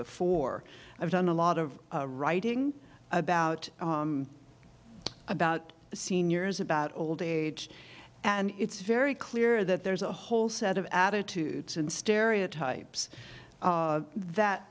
before i've done a lot of writing about about seniors about old age and it's very clear that there's a whole set of attitudes and stereotypes that